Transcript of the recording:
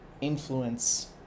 influence